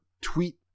tweet